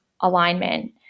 alignment